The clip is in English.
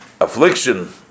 affliction